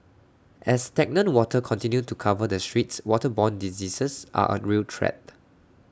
as stagnant water continue to cover the streets waterborne diseases are A real threat